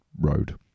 road